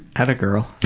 at gmail.